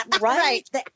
Right